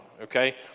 Okay